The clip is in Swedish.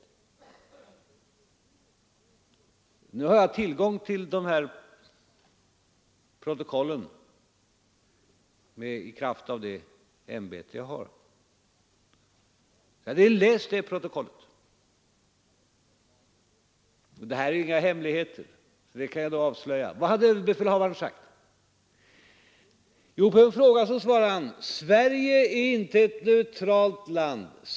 Men jag har i kraft av mitt ämbete tillgång till det protokoll det gäller, och jag har läst det. Protokollet på denna punkt innehåller inga hemligheter, och därför kan jag här avslöja vad som står där. Och vad har då överbefälhavaren sagt? Jo, på en fråga svarade han: Sverige är inte ett neutralt land.